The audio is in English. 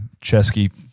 chesky